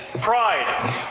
pride